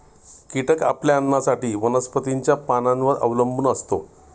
कीटक आपल्या अन्नासाठी वनस्पतींच्या पानांवर अवलंबून असतो